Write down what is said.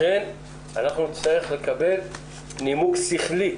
לכן אנחנו נצטרך לקבל נימוק שכלי,